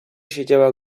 siedziała